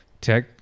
tech